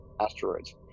asteroids